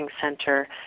Center